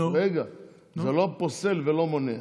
זה לא פוסל ולא מונע